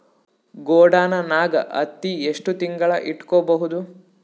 ಗೊಡಾನ ನಾಗ್ ಹತ್ತಿ ಎಷ್ಟು ತಿಂಗಳ ಇಟ್ಕೊ ಬಹುದು?